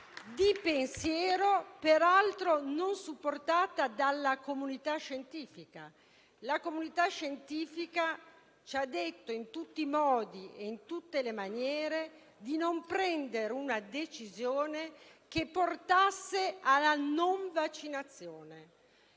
di pensiero peraltro non supportata dalla comunità scientifica, che ci ha detto in tutti i modi e in tutte le maniere di non assumere una decisione che portasse alla non vaccinazione.